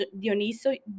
dioniso